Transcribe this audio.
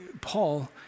Paul